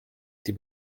die